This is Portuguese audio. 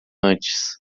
antes